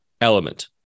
element